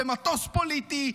במטוס פוליטי,